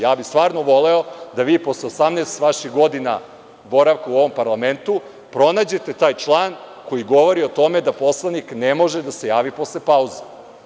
Ja bih stvarno voleo da vi posle 18 godina vaših godina boravka u ovom parlamentu pronađete taj član koji govori o tome da poslanik ne može da se javi posle pauze.